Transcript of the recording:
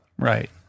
Right